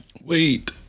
Wait